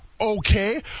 okay